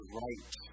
right